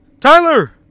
Tyler